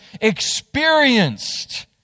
experienced